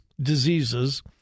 diseases